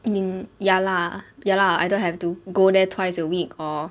I mean ya lah ya lah I don't have to go there twice a week or